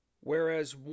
Whereas